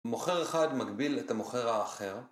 מוכר אחד מגביל את המוכר האחר